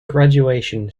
graduation